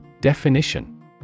Definition